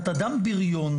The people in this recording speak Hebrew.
את אדם בריון.